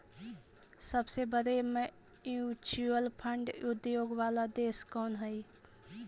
सबसे बड़े mutual fund उद्योग वाला देश कौन हई